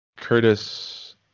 Curtis